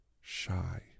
shy